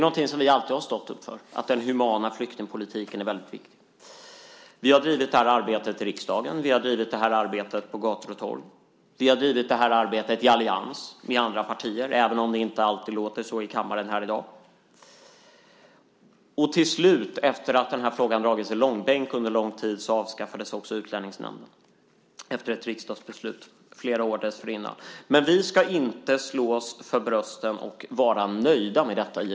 Någonting som vi alltid har stått upp för är att den humana flyktingpolitiken är väldigt viktig. Vi har drivit det här arbetet i riksdagen. Vi har drivit det här arbetet på gator och torg. Vi har drivit det här arbetet i allians med andra partier, även om det inte alltid låter så i kammaren här. Till slut, efter det att frågan dragits i långbänk under lång tid, avskaffades också Utlänningsnämnden efter ett riksdagsbeslut flera år dessförinnan. Men vi ska givetvis inte slå oss för bröstet och vara nöjda med detta.